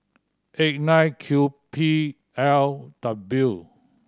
eight nine Q P L W